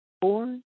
four